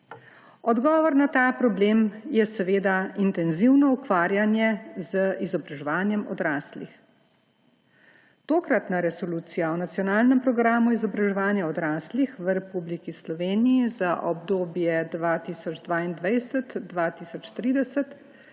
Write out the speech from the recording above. Odgovor na ta problem je intenzivno ukvarjanje z izobraževanjem odraslih. Tokratna resolucija o nacionalnem programu izobraževanja odraslih v Republiki Sloveniji za obdobje 2022−2030